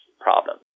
problem